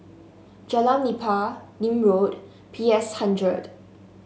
Jalan Nipah Nim Road P S hundred